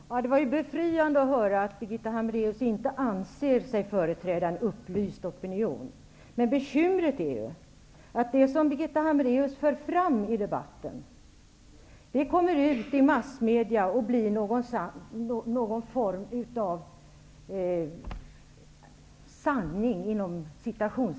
Herr talman! Det var befriande att höra att Birgitta Hambraeus inte anser sig företräda en upplyst opinion. Men bekymret är ju att det som Birgitta Hambraeus för fram i debatten kommer ut i massmedia och blir någon form av ''sanning'' i debatten.